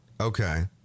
Okay